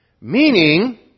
Meaning